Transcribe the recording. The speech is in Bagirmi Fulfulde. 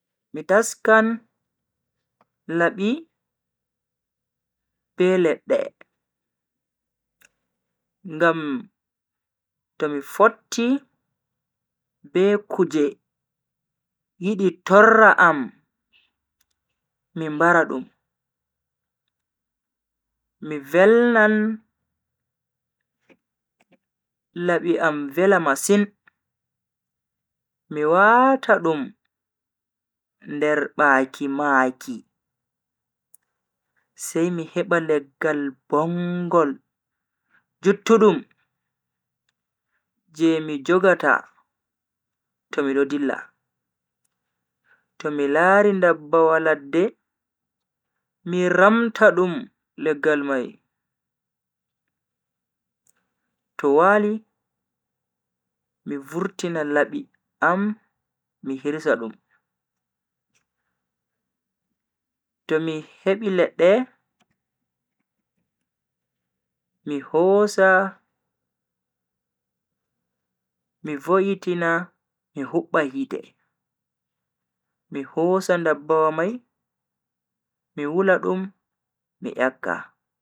Mi taskan labi be ledda ngam to mi fotti be kuje yidi torra am mi mbara dum. Mi velnan labi am vela masin mi wata dum nder baaki maaki, sai mi heba leggal bongal juttudum je mi jogata to mido dilla to mi lari ndabbawa ladde mi ramta dum leggal mai to wali, mi vurtina labi am mi hirsa dum. to mi hebi ledde mi hosa dum mi voitina mi hubba hite mi hosa ndabbawa mai MI wula dum mi nyakka.